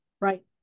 Right